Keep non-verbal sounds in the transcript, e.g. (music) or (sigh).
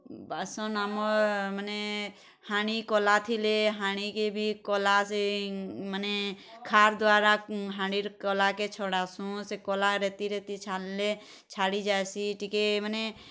ବାସନ୍ ଆମ ମାନେ ହାଣି କଲା ଥିଲେ ହାଣି କି ବି କଲା (unintelligible) ମାନେ ଖାର ଦ୍ଵାରା ହାଣି ର କଲା କେ ଛଡ଼ାସୁ ସେ କଲା ରେତି ରେତି ଛାଡ଼ଲେ ଛାଡ଼ି ଯାଇସି ଟିକେ ମାନେ